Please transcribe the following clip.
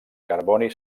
carboni